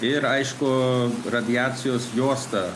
ir aišku radiacijos juosta